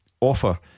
Offer